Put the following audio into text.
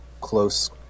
close